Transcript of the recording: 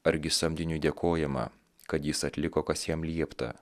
argi samdiniui dėkojama kad jis atliko kas jam liepta